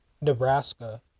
Nebraska